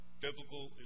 biblical